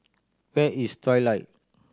where is Trilight